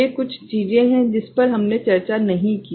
ये कुछ चीजें हैं जिस पर हमने चर्चा नहीं की